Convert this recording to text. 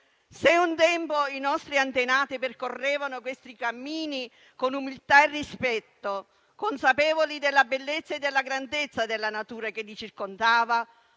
Se un tempo i nostri antenati percorrevano questi cammini con umiltà e rispetto, consapevoli della bellezza e della grandezza della natura che li circondava,